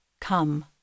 come